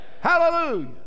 Hallelujah